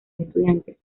estudiantes